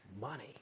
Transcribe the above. money